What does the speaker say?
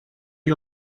you